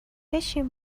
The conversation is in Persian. بشین